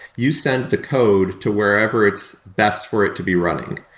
you send the code to wherever it's best for it to be running.